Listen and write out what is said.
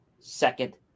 second